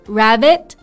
rabbit